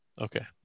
Okay